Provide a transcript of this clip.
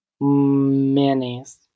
Mayonnaise